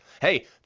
Hey